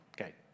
Okay